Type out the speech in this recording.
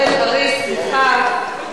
בן-ארי, סליחה.